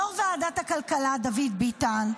יו"ר ועדת הכלכלה דוד ביטן,